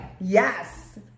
yes